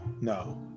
no